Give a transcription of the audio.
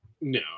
No